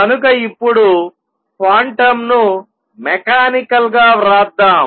కనుక ఇప్పుడు క్వాంటంను మెకానికల్ గా వ్రాద్దాం